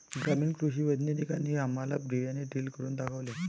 ग्रामीण कृषी वैज्ञानिकांनी आम्हाला बियाणे ड्रिल करून दाखवले